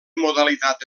modalitat